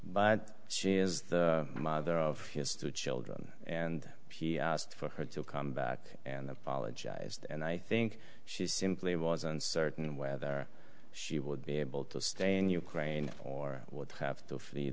but she is the mother of his two children and he asked for her to come back and apologized and i think she simply was uncertain whether she would be able to stay in ukraine or would have to flee